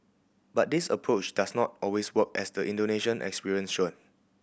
but this approach does not always work as the Indonesian experience shown